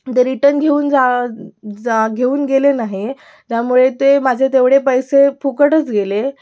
the return घेऊन जा जा घेऊन गेले नाही त्यामुळे ते माझे तेवढे पैसे फुकटच गेले